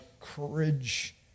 courage